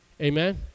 Amen